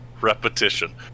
repetition